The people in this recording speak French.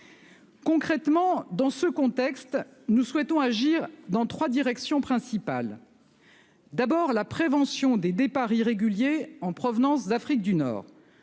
Concrètement, dans ce contexte, nous souhaitons agir dans trois directions principales. D'abord, la prévention des départs irréguliers en provenance d'Afrique du Nord.